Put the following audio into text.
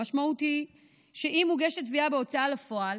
המשמעות היא שאם מוגשת תביעה בהוצאה לפועל,